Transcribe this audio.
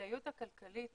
הכדאיות הכלכלית